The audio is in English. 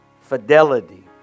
fidelity